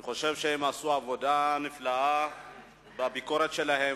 אני חושב שהם עשו עבודה נפלאה בביקורת שלהם.